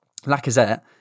Lacazette